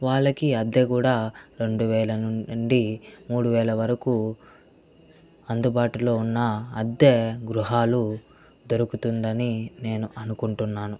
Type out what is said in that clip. వాళ్ళకి అద్దె కూడా రెండు వేల నుండి మూడు వేల వరకు అందుబాటులో ఉన్న అద్దె గృహాలు దొరుకుతుందని నేను అనుకుంటున్నాను